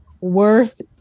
worth